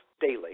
daily